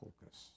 focus